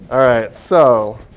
all right, so